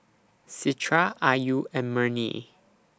Citra Ayu and Murni